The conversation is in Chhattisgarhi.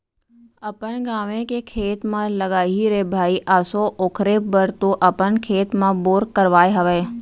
अपन गाँवे के खेत म लगाही रे भई आसो ओखरे बर तो अपन खेत म बोर करवाय हवय